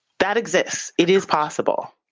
that exists, it is possible.